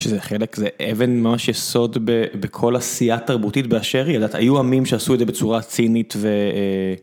שזה חלק, זה אבן ממש יסוד בכל עשייה תרבותית באשר היא, ידעת, היו עמים שעשו את זה בצורה צינית ו...